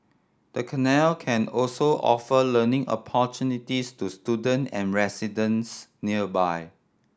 the canal can also offer learning opportunities to student and residents nearby